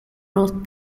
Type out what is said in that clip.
wrote